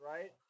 right